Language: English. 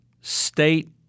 state